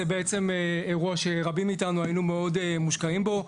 זה בעצם אירוע שרבים מאיתנו היינו מאוד מושקעים בו,